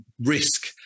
risk